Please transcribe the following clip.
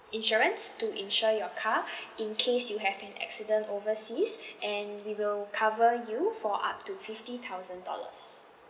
insurance to insure your car in case you have an accident overseas and we will cover you for up to fifty thousand dollars